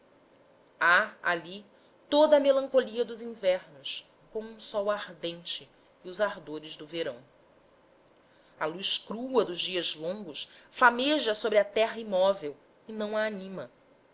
há ali toda a melancolia dos invernos com um sol ardente e os ardores do verão a luz crua dos dias longos flameja sobre a terra imóvel e não a anima